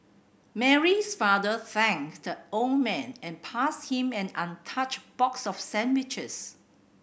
Mary's father thanked the old man and passed him an untouched box of sandwiches